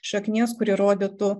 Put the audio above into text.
šaknies kuri rodytų